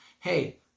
Hey